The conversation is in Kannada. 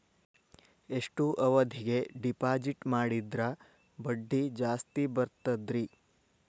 ಎಷ್ಟು ಅವಧಿಗೆ ಡಿಪಾಜಿಟ್ ಮಾಡಿದ್ರ ಬಡ್ಡಿ ಜಾಸ್ತಿ ಬರ್ತದ್ರಿ?